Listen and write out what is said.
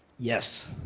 yes.